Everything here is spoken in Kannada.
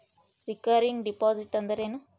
ರಿಕರಿಂಗ್ ಡಿಪಾಸಿಟ್ ಅಂದರೇನು?